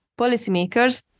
policymakers